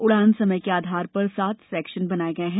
उड़ान समय के आधार पर सात सेक्शन बनाये गये हैं